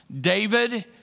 David